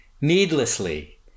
needlessly